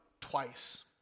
twice